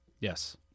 yes